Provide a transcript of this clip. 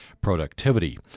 productivity